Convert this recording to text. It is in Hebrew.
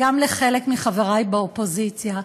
גם לחלק מחברי באופוזיציה.